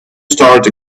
started